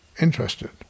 interested